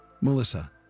Melissa